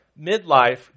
Midlife